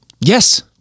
yes